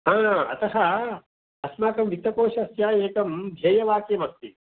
अतः अस्माकं वित्तकोषस्य एकं ध्येयवाक्यम् अस्ति